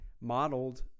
modeled